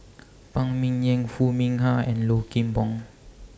Phan Ming Yen Foo Mee Har and Low Kim Pong